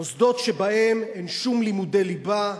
מוסדות שבהם אין שום לימודי ליבה,